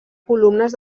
columnes